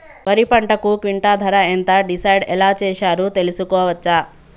వరి పంటకు క్వింటా ధర ఎంత డిసైడ్ ఎలా చేశారు తెలుసుకోవచ్చా?